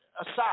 aside